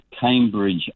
Cambridge